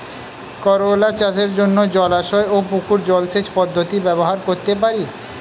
করোলা চাষের জন্য জলাশয় ও পুকুর জলসেচ পদ্ধতি ব্যবহার করতে পারি?